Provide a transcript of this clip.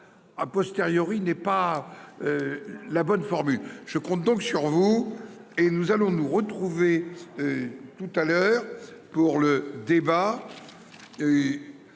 À posteriori, n'est pas. La bonne formule. Je compte donc sur vous et nous allons nous retrouver. Tout à l'heure pour le débat.